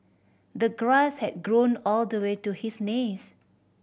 the grass had grown all the way to his knees